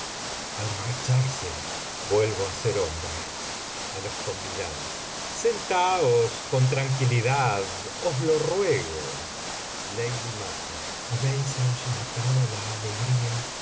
al marcharse vuelvo á ser hombre a lo convidados sentaos con tranquilidad os lo ruego lady mac habéis ahuyentado la alegría